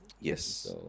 Yes